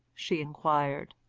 she inquired.